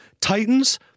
Titans